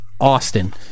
Austin